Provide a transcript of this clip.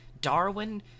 Darwin